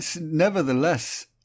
nevertheless